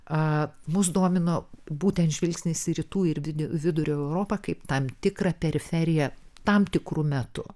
a mus domino būtent žvilgsnis į rytų ir vidurio europą kaip tam tikrą periferiją tam tikru metu